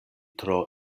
tro